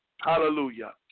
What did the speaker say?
Hallelujah